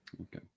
Okay